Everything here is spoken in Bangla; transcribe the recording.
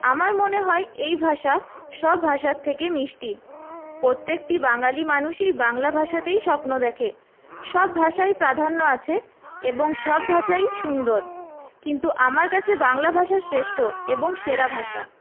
আমার মনে হয় এই ভাষা সব ভাষার থেকে মিষ্টি প্রত্যেকটি বাঙালি মানুষই বাংলা ভাষাতেই স্বপ্ন দেখে সব ভাষায় প্রাধান্য আছে এবং সব ভাষাই সুন্দর কিন্তু আমার কাছে বাংলা ভাষা শ্রেষ্ঠ এবং সেরা ভাষা